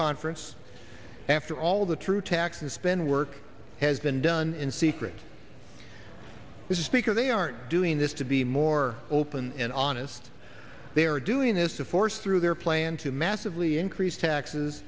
conference after all the true tax and spend work has been done in secret with a speaker they aren't doing this to be more open and honest they are doing this to force through their plan to massively increase taxes